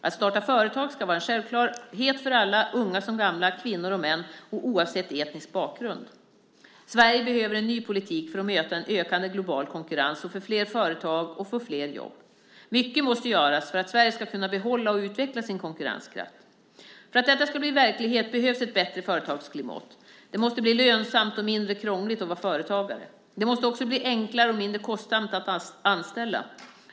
Att starta företag ska vara en självklarhet för alla, unga som gamla, kvinnor och män och oavsett etnisk bakgrund. Sverige behöver en ny politik för att möta en ökande global konkurrens och för flera företag och flera jobb. Mycket måste göras för att Sverige ska kunna behålla och utveckla sin konkurrenskraft. För att detta ska bli verklighet behövs ett bättre företagsklimat; det måste bli mer lönsamt och mindre krångligt att vara företagare. Det måste också bli enklare och mindre kostsamt att anställa.